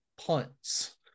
punts